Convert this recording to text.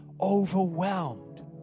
overwhelmed